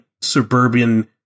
suburban